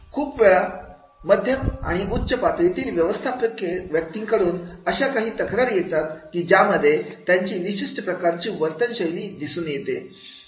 खूप वेळा मध्यम आणि उच्च पातळीतील व्यवस्थापकीय व्यक्तींकडून अशा काही तक्रारी येतात की ज्यामध्ये त्यांची विशिष्ट प्रकारची वर्तनशैली दिसून येते